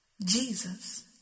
Jesus